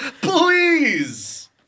Please